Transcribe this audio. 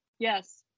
Yes